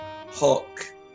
Hawk